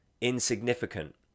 insignificant